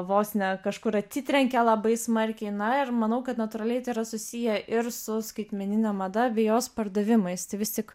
vos ne kažkur atsitrenkė labai smarkiai na ir manau kad natūraliai tai yra susiję ir su skaitmenine mada bei jos pardavimais tai vis tik